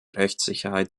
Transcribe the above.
rechtssicherheit